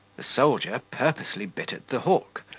the soldier purposely bit at the hook,